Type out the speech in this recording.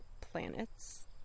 planets